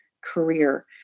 career